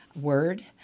word